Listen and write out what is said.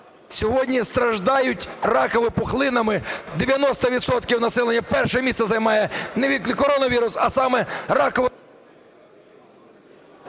Сьогодні страждають раковими пухлинами 90 відсотків населення. Перше місце займає не коронавірус, а саме ракові...